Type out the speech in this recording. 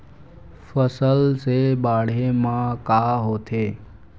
फसल से बाढ़े म का होथे?